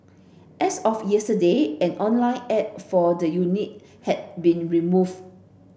as of yesterday an online ad for the unit had been removed